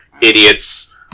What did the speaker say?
idiots